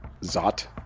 Zot